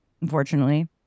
unfortunately